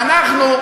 ואנחנו,